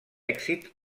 èxit